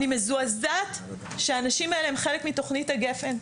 אני מזועזעת שהאנשים האלה הם חלק מתוכנית הגפן,